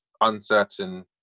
uncertain